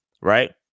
right